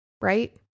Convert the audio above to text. right